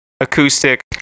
acoustic